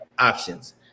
options